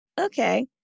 Okay